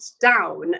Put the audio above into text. down